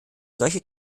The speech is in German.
solche